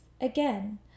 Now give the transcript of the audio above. again